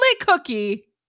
cookie